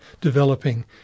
developing